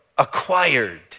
acquired